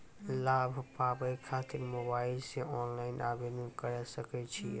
लाभ पाबय खातिर मोबाइल से ऑनलाइन आवेदन करें सकय छियै?